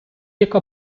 яка